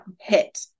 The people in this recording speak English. hit